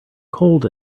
cold